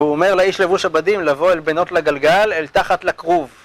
הוא אומר לאיש לבוש הבדים לבוא אל בנות לגלגל אל תחת לכרוב